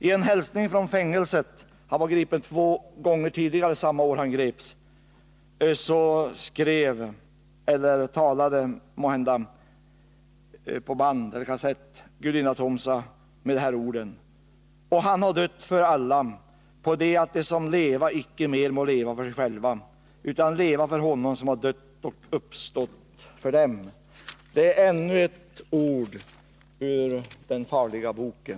I en hälsning från fängelset — han var gripen två gånger tidigare samma år — sade Gudina Tomsa: Och han har dött för alla, på det att de som leva icke mer må leva för sig själva utan leva för honom som har dött och uppstått för dem. Det är ännu ett ord ur den farliga boken.